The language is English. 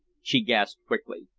she gasped quickly.